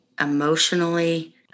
Emotionally